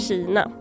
Kina